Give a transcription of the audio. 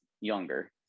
younger